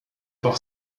par